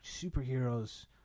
Superheroes